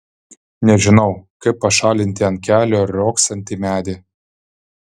nežinau kaip pašalinti ant kelio riogsantį medį